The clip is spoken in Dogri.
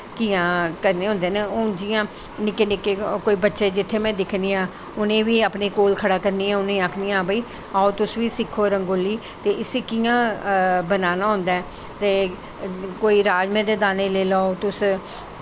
करने होंदे न हून जि'यां निक्के निक्के कोई बच्चे जित्थै में दिक्खनी आं उ'नें गी बी अपने कोल खड़ा करनी आं आखनी आं कि भाई आओ तुस बी सिक्खो रंगोली ते इस्सी कि'यां बनाना होंदा ऐ ते कोई राजमाहें दे दानें लेई लैओ तुस